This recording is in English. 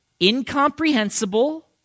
incomprehensible